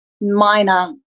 minor